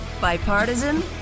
Bipartisan